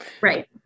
Right